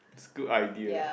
is a good idea